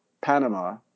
Panama